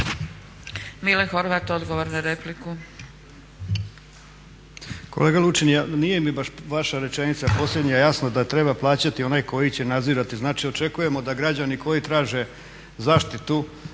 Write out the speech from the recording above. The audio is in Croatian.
Mile Horvat, odgovor na repliku.